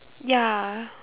ya